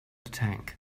tank